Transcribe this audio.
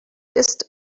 ist